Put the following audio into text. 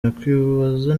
yakwibaza